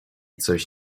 coś